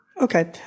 Okay